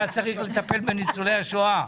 אתה צריך לטפל בניצולי השואה,